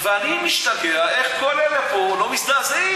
ואני משתגע איך כל אלה פה לא מזדעזעים.